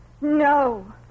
No